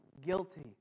guilty